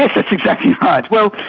that's exactly right. well,